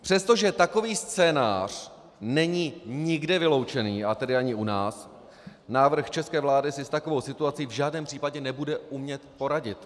Přestože takový scénář není nikde vyloučen, a tedy ani u nás, návrh české vlády si s takovou situací v žádném případě nebude umět poradit.